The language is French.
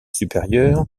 supérieur